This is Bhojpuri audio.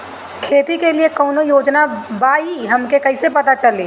खेती के लिए कौने योजना बा ई हमके कईसे पता चली?